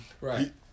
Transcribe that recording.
Right